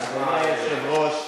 תצביעו.